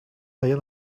talla